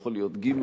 ויכול להיות ג'